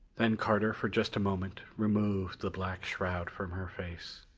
then carter for just a moment removed the black shroud from her face.